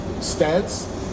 stance